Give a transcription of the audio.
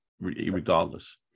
regardless